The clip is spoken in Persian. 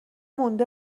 مونده